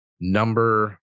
number